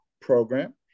program